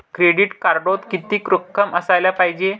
Credit कार्डात कितीक रक्कम असाले पायजे?